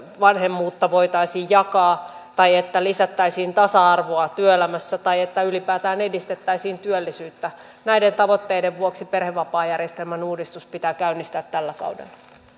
vanhemmuutta voitaisiin jakaa tai että lisättäisiin tasa arvoa työelämässä tai että ylipäätään edistettäisiin työllisyyttä näiden tavoitteiden vuoksi perhevapaajärjestelmän uudistus pitää käynnistää tällä kaudella